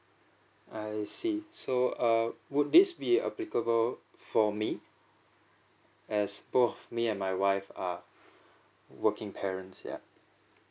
I see so err would this be applicable for me as both me and my wife are working parents ya